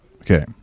Okay